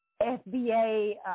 FBA